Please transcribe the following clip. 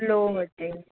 low होते